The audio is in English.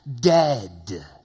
Dead